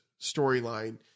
storyline